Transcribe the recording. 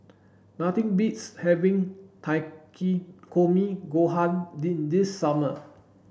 nothing beats having Takikomi Gohan this summer